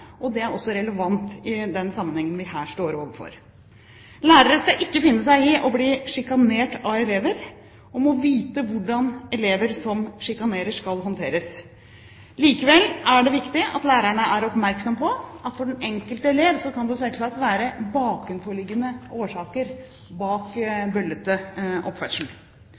Det er også relevant i den sammenheng vi her står overfor. Lærere skal ikke finne seg i å bli sjikanert av elever og må vite hvordan elever som sjikanerer, skal håndteres. Likevel er det viktig at lærerne er oppmerksomme på at for den enkelte elev kan det selvsagt være bakenforliggende årsaker til bøllete